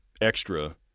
extra